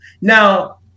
Now